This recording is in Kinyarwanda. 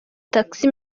taxi